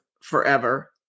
forever